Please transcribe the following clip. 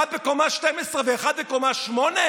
אחד בקומה 12 ואחד בקומה 8?